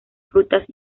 frutas